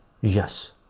yes